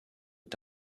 est